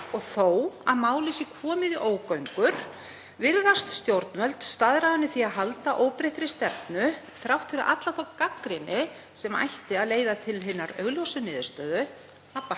Og þó að málið sé komið í ógöngur virðast stjórnvöld staðráðin í því að halda óbreyttri stefnu þrátt fyrir alla þá gagnrýni sem ætti að leiða til hinar augljósu niðurstöðu að bakka